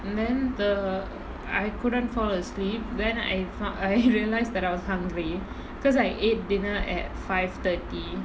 then err I couldn't fall asleep then I found I realised that I was hungry because I ate dinner at five thirty